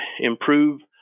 improve